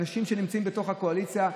אנשים שנמצאים כאן בקואליציה,